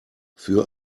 für